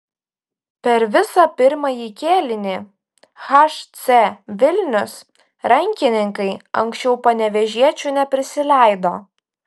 per visą pirmąjį kėlinį hc vilnius rankininkai arčiau panevėžiečių neprisileido